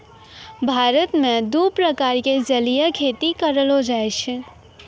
भारत मॅ दू प्रकार के जलीय खेती करलो जाय छै